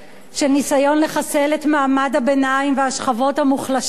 של ניסיון לחסל את מעמד הביניים והשכבות המוחלשות,